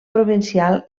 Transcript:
provincial